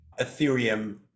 Ethereum